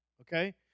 okay